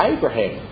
Abraham